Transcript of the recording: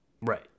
Right